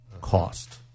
cost